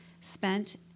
spent